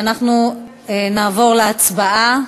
ואנחנו נעבור להצבעה,